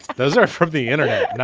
those are from the internet, and